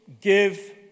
give